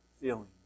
feeling